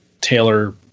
tailor